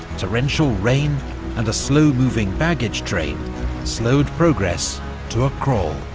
torrential rain and a slow-moving baggage train slowed progress to a crawl.